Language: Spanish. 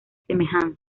semejanza